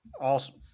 Awesome